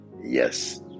yes